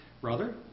brother